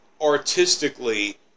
artistically